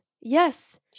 Yes